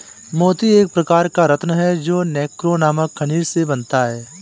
मोती एक प्रकार का रत्न है जो नैक्रे नामक खनिज से बनता है